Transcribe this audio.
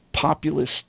Populist